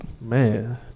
Man